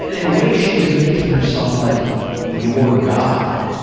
in a way, she was making herself like your god.